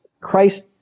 Christ